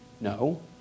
no